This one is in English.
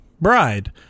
Bride